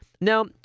Now